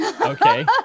Okay